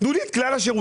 תנו לי את כלל השירותים.